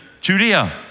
Judea